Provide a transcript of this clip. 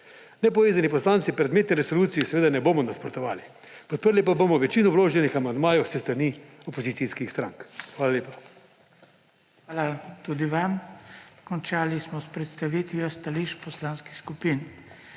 Nepovezani poslanci predmetni resoluciji seveda ne bomo nasprotovali. Podprli pa bomo večino vloženih amandmajev s strani opozicijskih strank. Hvala lepa. **PREDSEDNIK BRANKO SIMONOVIČ:** Hvala tudi vam. Končali smo s predstavitvijo stališč poslanskih skupin.